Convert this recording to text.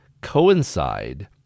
coincide